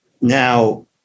now